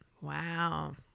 Wow